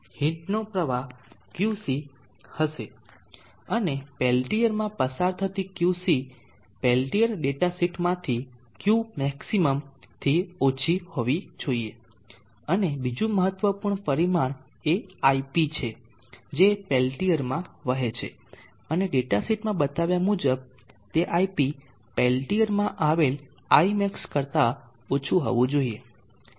તેથી હીટનો પ્રવાહ QC હશે અને પેલ્ટીયરમાંથી પસાર થતી QC પેલ્ટીઅર ડેટા શીટમાંથી Qmax થી ઓછી હોવી જોઈએ અને બીજું મહત્વપૂર્ણ પરિમાણ એ iP છે જે પેલ્ટીયરમાં વહે છે અને ડેટા શીટ માં બતાવ્યા મુજબ તે iP પેલ્ટિયરમાં આપેલ imax કરતા ઓછું હોવું જોઈએ